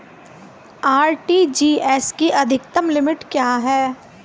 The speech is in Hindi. आर.टी.जी.एस की अधिकतम लिमिट क्या है?